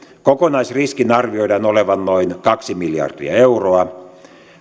kokonaisriskin arvioidaan olevan noin kaksi miljardia euroa